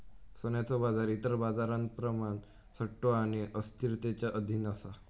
सोन्याचो बाजार इतर बाजारांप्रमाण सट्टो आणि अस्थिरतेच्या अधीन असा